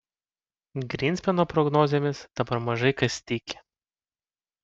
grynspeno prognozėmis dabar mažai kas tiki